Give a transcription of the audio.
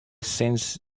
since